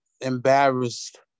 embarrassed